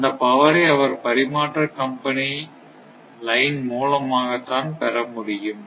அந்தப் பவரை அவர் பரிமாற்ற கம்பெனி லைன் மூலமாகத்தான் பெற முடியும்